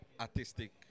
artistic